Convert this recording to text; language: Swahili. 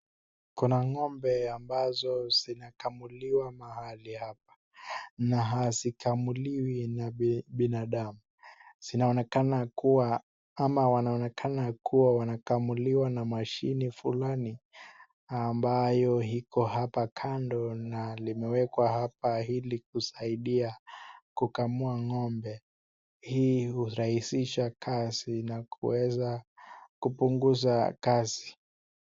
Kuna ng'ombe ambazo zinakamuliwa mahali hapa na hazikamuliwi na binadamu zinaonekana kuwa ama wanaonekana kuwa wanakamuliwa na mashini fulani ambayo iko hapa kando na limewekwa hapa ili kusaidia kukamua ng'ombe. Hii hurahisisha kazi ya kuweza kupunguza kazi.